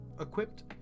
equipped